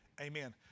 Amen